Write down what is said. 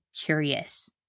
curious